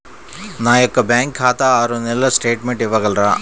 నా యొక్క బ్యాంకు ఖాతా ఆరు నెలల స్టేట్మెంట్ ఇవ్వగలరా?